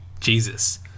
Jesus